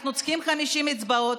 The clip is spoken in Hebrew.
אנחנו צריכים 50 אצבעות,